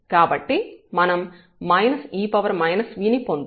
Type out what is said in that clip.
కాబట్టి మనం e v ని పొందుతాము